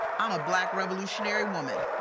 i'm a black revolutionary woman.